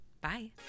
Bye